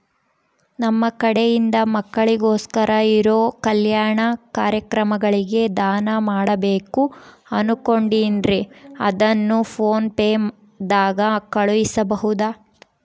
ನಮ್ಮ ಕಡೆಯಿಂದ ಮಕ್ಕಳಿಗೋಸ್ಕರ ಇರೋ ಕಲ್ಯಾಣ ಕಾರ್ಯಕ್ರಮಗಳಿಗೆ ದಾನ ಮಾಡಬೇಕು ಅನುಕೊಂಡಿನ್ರೇ ಅದನ್ನು ಪೋನ್ ಪೇ ದಾಗ ಕಳುಹಿಸಬಹುದಾ?